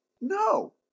No